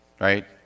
right